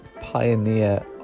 pioneer